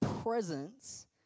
presence